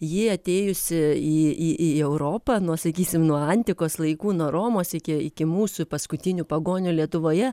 ji atėjusi į į į europą nuo sakysim nuo antikos laikų nuo romos iki iki mūsų paskutinių pagonių lietuvoje